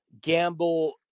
gamble